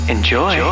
Enjoy